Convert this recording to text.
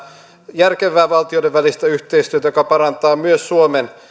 järkevää valtioiden välistä yhteistyötä joka parantaa myös suomen